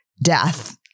death